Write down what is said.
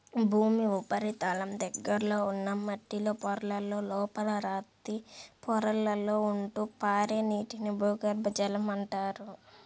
భూమి ఉపరితలం దగ్గరలో ఉన్న మట్టిలో పొరలలో, లోపల రాతి పొరలలో ఉంటూ పారే నీటిని భూగర్భ జలం అంటారు